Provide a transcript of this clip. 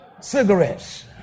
cigarettes